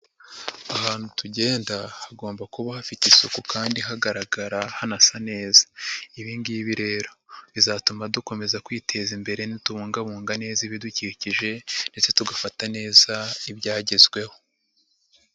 Ahantu tugenda hagomba kuba hafite isuku kandi hagaragara hanasa neza. Ibi ngibi rero bizatuma dukomeza kwiteza imbere nitubungabunga neza ibidukikije ndetse tugafata neza ibyagezweho.